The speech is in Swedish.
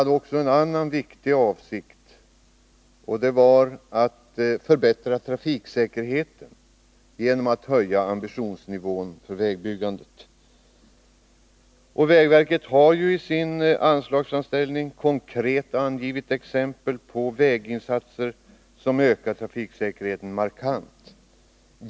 En viktig avsikt var också att förbättra trafiksäkerheten genom att höja ambitionsnivån för vägbyggandet. Vägverket har i sin anslagsframställning angivit konkreta exempel på insatser inom detta område som markant ökar trafiksäkerheten.